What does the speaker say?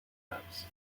ups